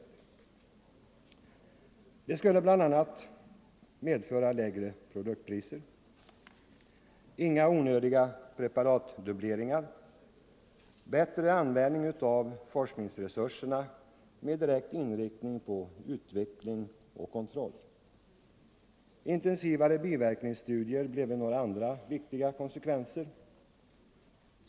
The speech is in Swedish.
Ett sådant förstatligande skulle bl.a. medföra lägre produktpriser, inga onödiga preparatdubbleringar och bättre användning av forskningsresurserna med direkt inriktning på utveckling och kontroll. Intensivare biverkningsstudier skulle då bli en annan viktig konsekvens.